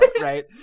right